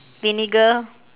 vinegar